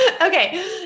Okay